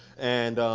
and,